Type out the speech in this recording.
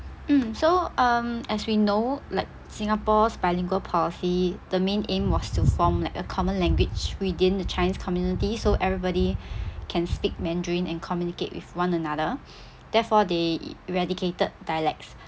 mm so um as we know like singapore's bilingual policy the main aim was to form like a common language within the chinese community so everybody can speak mandarin and communicate with one another therefore they eradicated dialects